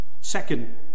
Second